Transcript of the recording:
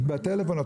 בטלפון.